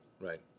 Right